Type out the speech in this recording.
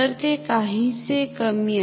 ते काहीसे कमी आहे